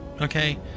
Okay